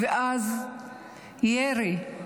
ואז ירי,